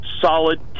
solid